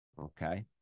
Okay